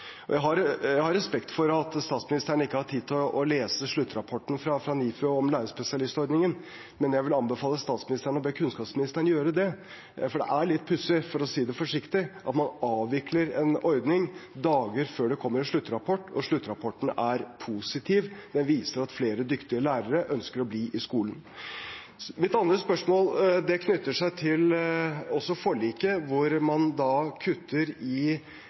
Jeg har respekt for at statsministeren ikke har hatt tid til å lese sluttrapporten fra NIFU om lærerspesialistordningen, men jeg vil anbefale statsministeren å be kunnskapsministeren om å gjøre det. For det er litt pussig, for å si det forsiktig, at man avvikler en ordning dager før det kommer en sluttrapport. Og sluttrapporten er positiv – den viser at flere dyktige lærere ønsker å bli i skolen. Mitt andre spørsmål knytter seg til forliket, hvor man kutter i